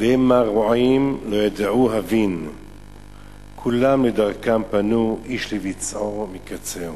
והמה רֹעים לא ידעו הבין כֻלם לדרכם פנו איש לבצעו מקצהו".